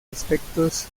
aspectos